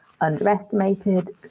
underestimated